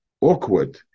awkward